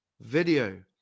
video